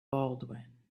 baldwin